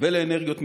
ולאנרגיות מתחדשות?